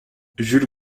jules